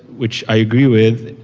which i agree with,